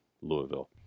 Louisville